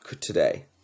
Today